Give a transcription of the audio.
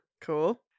Cool